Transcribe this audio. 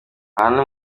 aha